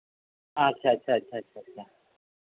ᱟᱪᱪᱷᱟ ᱟᱪᱪᱷᱟ ᱟᱪᱪᱷᱟ